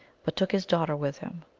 but took his daughter with him.